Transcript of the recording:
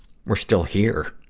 we're still here.